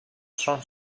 són